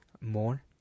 more